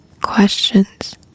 questions